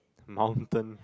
mountain